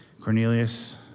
Cornelius